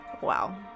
Wow